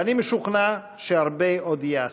ואני משוכנע שהרבה עוד ייעשה.